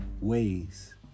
ways